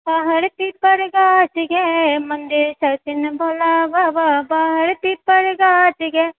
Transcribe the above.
बाहर पिपर गाछ ये मन्दिर छथिन भोला बाबा बाहर पिपर गाछ ये